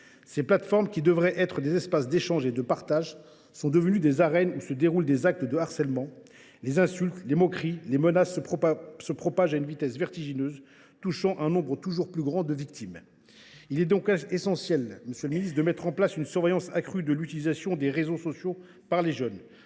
Ces plateformes, qui devraient être des espaces d’échange et de partage, sont devenues des arènes où se perpètrent des actes de harcèlement. Les insultes, les moqueries, les menaces se propagent à une vitesse vertigineuse, touchant un nombre toujours plus grand de victimes. Il est donc essentiel de mettre en place une surveillance accrue de l’utilisation des réseaux sociaux par les jeunes.